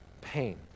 pain